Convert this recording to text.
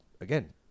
again